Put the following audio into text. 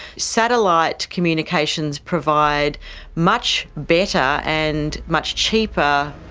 satellite communications provide much better and much cheaper,